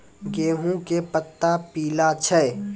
गेहूँ के पत्ता पीला छै?